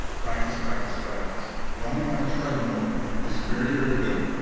practice, practice, practice running on a treadmill is very, very good.